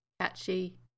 catchy